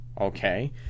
okay